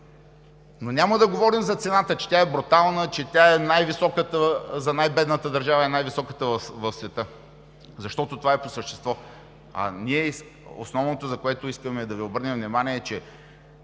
Няма да говорим за цената, че тя е брутална, че тя е най-високата за най-бедната държава и най-високата в света, защото това е по-същество. Основното, на което искаме да Ви обърнем внимание, е, че